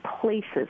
places